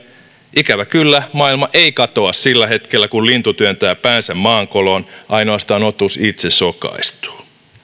ikävä kyllä maailma ei katoa sillä hetkellä kun lintu työntää päänsä maan koloon ainoastaan otus itse sokaistuu